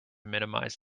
minimize